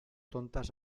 tontas